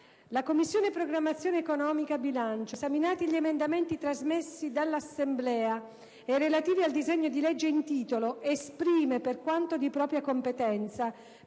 «La Commissione programmazione economica, bilancio, esaminati gli emendamenti trasmessi dall'Assemblea e relativi al disegno di legge in titolo, esprime, per quanto di propria competenza,